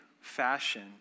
fashion